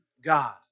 God